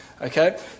Okay